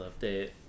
update